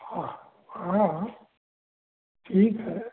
हाँ हाँ ठीक है